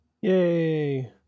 Yay